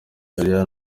eliya